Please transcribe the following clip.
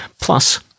Plus